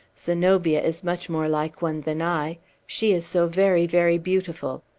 zenobia is much more like one than i she is so very, very beautiful!